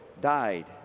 died